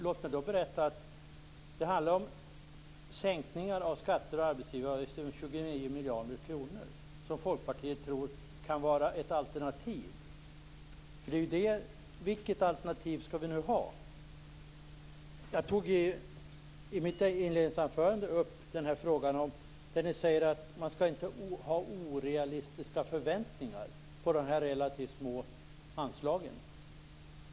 Låt mig berätta att det handlar om sänkningar av skatter och arbetsgivaravgifter med 29 miljarder kronor. Folkpartiet tror att det kan vara ett alternativ. Vilket alternativ skall vi nu välja? Ni säger att man inte skall ha orealistiska förväntningar på de relativt små anslagen. Jag tog upp det i mitt inledningsanförande.